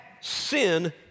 sin